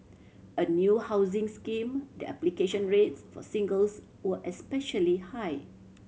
a new housing scheme the application rates for singles were especially high